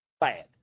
Bad